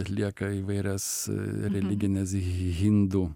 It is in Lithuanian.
atlieka įvairias religines hindų